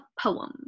poem